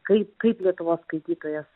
kaip kaip lietuvos skaitytojas